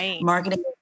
Marketing